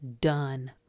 done